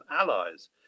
allies